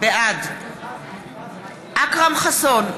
בעד אכרם חסון,